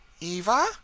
Eva